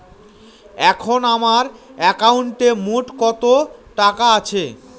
এখন আমার একাউন্টে মোট কত টাকা আছে?